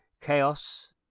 Chaos